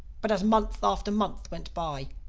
but as month after month went by,